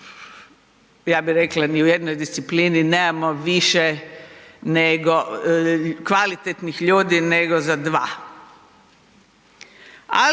ja bi rekla, ni u jednoj disciplini nemamo više nego, kvalitetnih ljudi nego za 2,